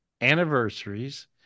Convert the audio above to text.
anniversaries